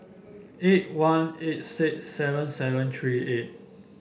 eight one eight six seven seven three eight